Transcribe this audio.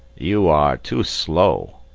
you are too slow,